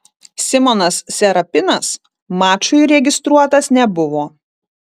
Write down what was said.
simonas serapinas mačui registruotas nebuvo